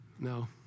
No